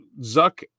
Zuck